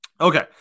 okay